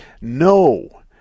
no